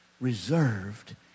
Reserved